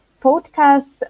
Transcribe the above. podcast